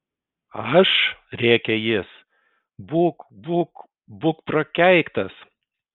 aš rėkė jis būk būk būk prakeiktas